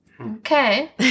Okay